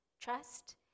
Trust